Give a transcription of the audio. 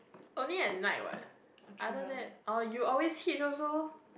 only at night what other that or you always hitch also